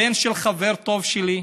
הוא בן של חבר טוב שלי,